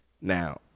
Now